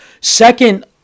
second